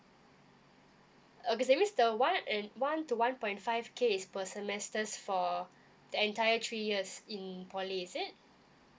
uh that menas the one and one to one point five K is per semesters for the entire three years in poly is it